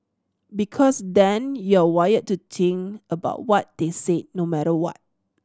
because then you're wired to think about what they said no matter what